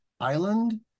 Island